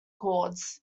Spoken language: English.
chords